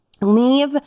Leave